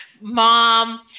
mom